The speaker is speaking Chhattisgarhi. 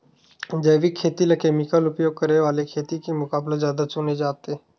जैविक खेती ला केमिकल उपयोग करे वाले खेती के मुकाबला ज्यादा चुने जाते